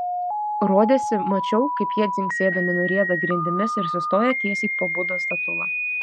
rodėsi mačiau kaip jie dzingsėdami nurieda grindimis ir sustoja tiesiai po budos statula